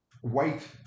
white